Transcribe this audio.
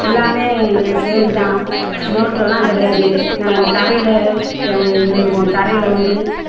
எல்லாமே எங்களுக்கு ஸ்லேட்டு தான் நோட்டிலல்லாம் கிடையாது நான் தரையில் எழுதுவோம் தரையில் வந்து